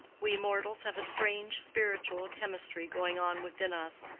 we mortals have a strange spiritual chemistry going on within us,